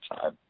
time